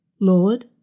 Lord